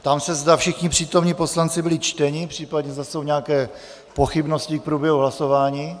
Ptám se, zda všichni přítomní poslanci byli čteni, případně zda jsou nějaké pochybnosti k průběhu hlasování.